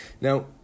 Now